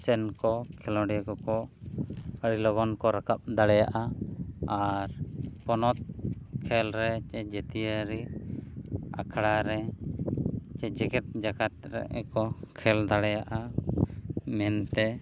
ᱥᱮᱱ ᱠᱚ ᱠᱷᱮᱞᱳᱰᱤᱭᱟᱹ ᱠᱚᱠᱚ ᱟᱹᱰᱤ ᱞᱚᱜᱚᱱ ᱠᱚ ᱨᱟᱠᱟᱵ ᱫᱟᱲᱮᱭᱟᱜᱼᱟ ᱟᱨ ᱯᱚᱱᱚᱛ ᱠᱷᱮᱞ ᱨᱮ ᱡᱟᱹᱛᱤᱭᱟᱹᱨᱤ ᱟᱠᱷᱲᱟ ᱨᱮ ᱥᱮ ᱡᱮᱜᱮᱫ ᱡᱟᱠᱟᱫ ᱨᱮᱠᱚ ᱠᱷᱮᱞ ᱫᱟᱲᱮᱭᱟᱜᱼᱟ ᱢᱮᱱᱛᱮ